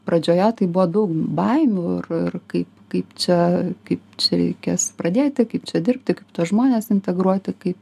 pradžioje taip buvo daug baimių ir ir kaip kaip čia kaip čia reikės pradėti kaip čia dirbti tuos žmones integruoti kaip